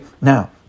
Now